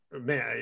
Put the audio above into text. man